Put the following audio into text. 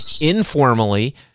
informally